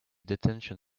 detention